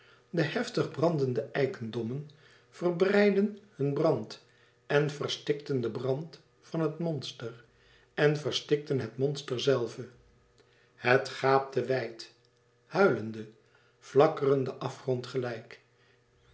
de heftig brandende eikendommen verbreidden hun brand en verstikten den brand van het monster en verstikten het monster zelve het gaapte wijd huilende flakkerende afgrond gelijk